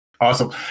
Awesome